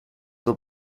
will